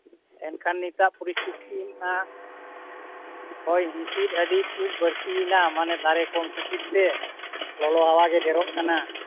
ᱮᱱᱠᱷᱟᱱ ᱱᱤᱛᱟᱜ ᱯᱚᱨᱤᱥᱛᱤᱛᱤ ᱢᱟ ᱦᱚᱭ ᱦᱤᱥᱤᱫ ᱟᱹᱰᱤᱜᱮ ᱵᱟᱹᱲᱛᱤᱭᱮᱱᱟ ᱢᱟᱱᱮ ᱫᱟᱨᱮ ᱠᱚᱢ ᱠᱷᱟᱹᱛᱤᱨ ᱛᱮ ᱞᱚᱞᱚ ᱦᱟᱣᱟᱜᱮ ᱰᱷᱮᱹᱨᱚᱜ ᱠᱟᱱᱟ